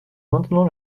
maintenant